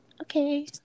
Okay